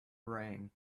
rang